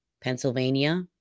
Pennsylvania